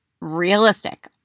realistic